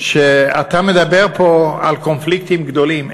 שאתה מדבר פה על קונפליקטים גדולים.